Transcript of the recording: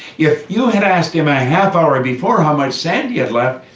if you had asked him a half hour before, how much sand he had left,